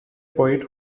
poet